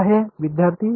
विद्यार्थी वजा 1